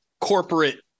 corporate